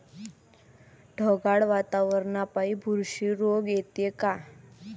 ढगाळ वातावरनापाई बुरशी रोग येते का?